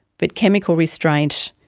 but chemical restraint,